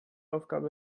aufgabe